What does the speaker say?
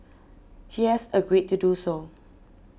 he has agreed to do so